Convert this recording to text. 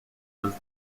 was